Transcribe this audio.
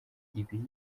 ibi